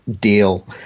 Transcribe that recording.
deal